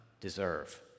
deserve